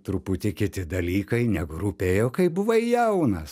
truputį kiti dalykai negu rūpėjo kai buvai jaunas